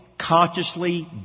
consciously